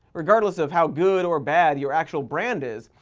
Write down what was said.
regardless of how good or bad your actual brand is,